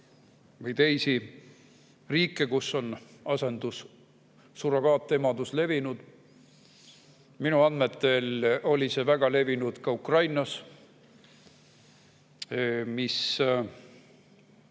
või teised riigid, kus asendus-, surrogaatemadus on levinud. Minu andmetel oli see väga levinud ka Ukrainas.